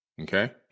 Okay